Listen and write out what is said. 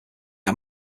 are